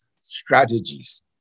strategies